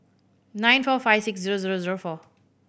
nine four five six zero zero zero four